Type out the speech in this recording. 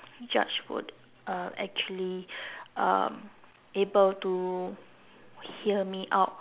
judge would uh actually um able to hear me out